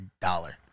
dollar